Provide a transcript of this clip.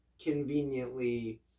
conveniently